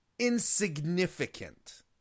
Insignificant